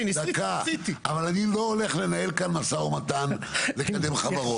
אני לא הולך לנהל כאן משא ומתן עם חברות.